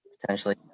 potentially